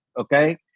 okay